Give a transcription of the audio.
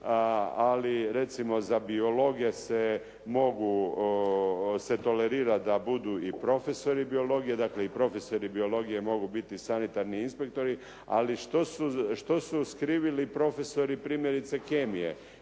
a recimo za biologe se tolerira da budu i profesori biologije, dakle i profesori biologije mogu biti sanitarni inspektori. Ali što su skrivili profesori primjerice kemije